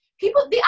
People